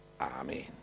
Amen